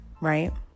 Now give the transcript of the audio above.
right